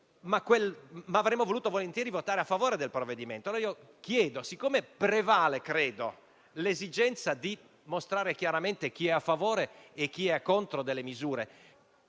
ma avremmo voluto volentieri votare a favore del provvedimento. Poiché prevale l'esigenza di mostrare chiaramente chi è a favore e chi è contro delle misure